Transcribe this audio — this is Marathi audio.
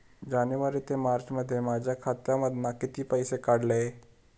जानेवारी ते मार्चमध्ये माझ्या खात्यामधना किती पैसे काढलय?